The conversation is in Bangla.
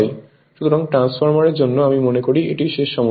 সুতরাং ট্রান্সফরমারের জন্য আমি মনে করি এটিই শেষ সমস্যা